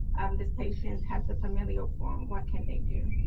this patient has a familial form. what can they do?